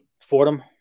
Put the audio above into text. Fordham